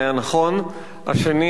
השני לא כל כך מוצלח.